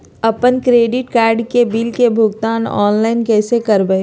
अपन credit card के bill के भुगतान ऑनलाइन कैसे करबैय?